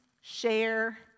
share